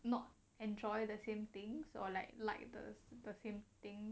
not enjoy the same things or like like those same things